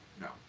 No